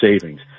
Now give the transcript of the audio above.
savings